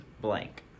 blank